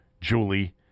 Julie